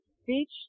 speech